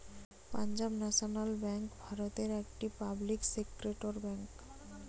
Punjab national bank ভারতের একটি public sector bank